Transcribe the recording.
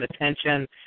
attention